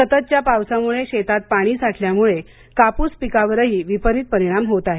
सततच्या पावसामुळे शेतात पाणी साठल्यामुळे कापूस पिकावरही विपरीत परिणाम होत आहे